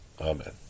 Amen